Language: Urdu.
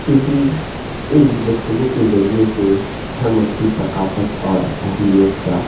کیونکہ ان مجسموں کے ذریعے سے ہم اپنی ثقافت اور اہمیت کا